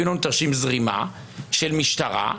הביאו לנו תרשים זרימה של משטרה,